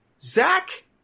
Zach